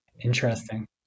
Interesting